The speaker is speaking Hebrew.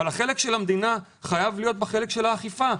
החלק של המדינה חייב להיות באכיפה.